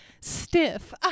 stiff